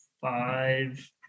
five